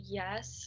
yes